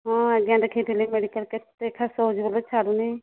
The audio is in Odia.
ହଁ ଆଜ୍ଞା ଦେଖେଇଥିଲି ମେଡ଼ିକାଲ୍ରେ କେତେ ଦେଖା ସହଜ ବୋଲେ ଛାଡ଼ୁନାହିଁ